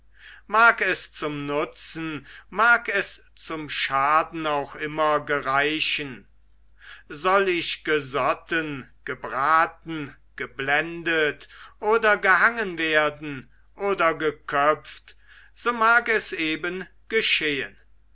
mag es zum nutzen mag es zum schaden auch immer gereichen soll ich gesotten gebraten geblendet oder gehangen werden oder geköpft so mag es eben geschehen